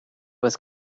was